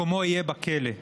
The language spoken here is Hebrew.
מקומו יהיה בכלא.